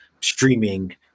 streaming